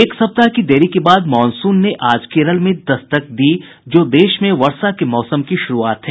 एक सप्ताह की देरी के बाद मॉनसून ने आज केरल में दस्तक दी जो देश में वर्षा के मौसम की शुरूआत है